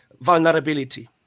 vulnerability